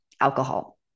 alcohol